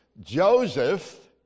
Joseph